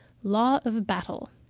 law of battle.